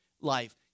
life